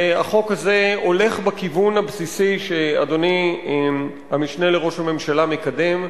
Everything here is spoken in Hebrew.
והחוק הזה הולך בכיוון הבסיסי שאדוני המשנה לראש הממשלה מקדם.